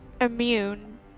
immune